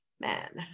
Man